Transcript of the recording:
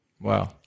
Wow